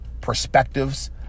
perspectives